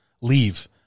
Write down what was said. leave